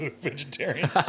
vegetarian